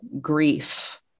grief